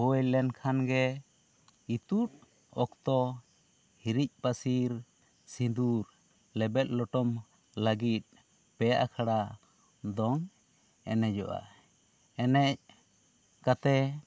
ᱦᱩᱭ ᱞᱮᱱ ᱠᱷᱟᱱ ᱜᱮ ᱤᱛᱩᱜ ᱚᱠᱛᱚ ᱦᱤᱨᱤᱡ ᱯᱟᱹᱥᱤᱨ ᱥᱤᱸᱫᱩᱨ ᱞᱮᱵᱮᱫ ᱞᱚᱴᱚᱢ ᱞᱟᱹᱜᱤᱫ ᱯᱮᱭᱟᱜ ᱟᱠᱷᱲᱟ ᱫᱚᱝ ᱮᱱᱮᱡᱚᱜᱼᱟ ᱮᱱᱮᱡ ᱠᱟᱛᱮᱜ